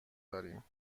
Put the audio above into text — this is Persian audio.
داریم